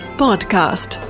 podcast